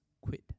quit